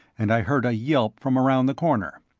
and i heard a yelp from around the corner.